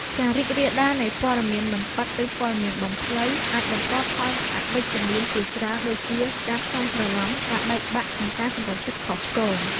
ការរីករាលដាលនៃ ព័ត៌មានមិនពិត ឬព័ត៌មានបំភ្លៃ អាចបង្កផលអវិជ្ជមានជាច្រើនដូចជា ការភ័ន្តច្រឡំ ការបែកបាក់ និងការសម្រេចចិត្តខុសឆ្គង។